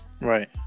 Right